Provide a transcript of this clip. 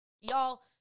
Y'all